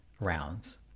rounds